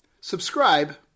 subscribe